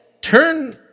Turn